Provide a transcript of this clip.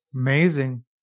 Amazing